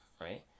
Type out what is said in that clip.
Right